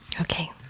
Okay